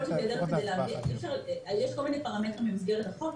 יש כל מיני פרמטרים במסגרת החוק,